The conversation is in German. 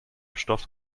stoff